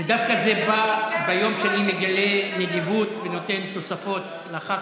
ודווקא זה בא ביום שאני מגלה נדיבות ונותן תוספות זמן לח"כים.